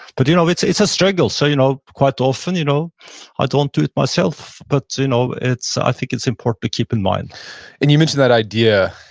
but you know it's it's a struggle. so you know quite often you know i don't do it myself. but you know i think it's important to keep in mind and you mentioned that idea,